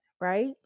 right